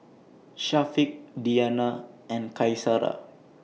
Syafiq Diyana and Qaisara